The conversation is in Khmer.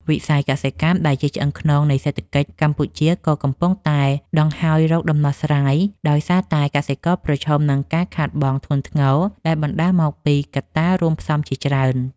វិស័យកសិកម្មដែលជាឆ្អឹងខ្នងនៃសេដ្ឋកិច្ចកម្ពុជា ក៏កំពុងតែដង្ហើយរកដំណោះស្រាយ ដោយសារតែកសិករប្រឈមនឹងការខាតបង់ធ្ងន់ធ្ងរដែលបណ្ដាលមកពីកត្តារួមផ្សំជាច្រើន។